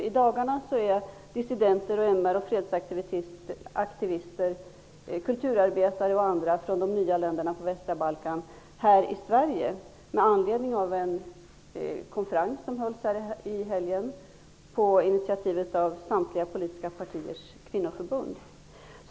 I dagarna är dissidenter, MR och fredsaktivister, kulturarbetare m.fl. från de nya länderna på västra Balkan här i Sverige med anledning av en konferens som hölls i helgen på initiativ av samtliga politiska partiers kvinnoförbund.